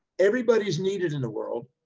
everybody's needed in the world,